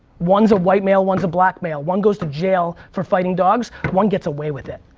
one's a white male, one's a black male. one goes to jail for fighting dogs, one gets away with it,